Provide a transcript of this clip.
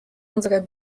unserer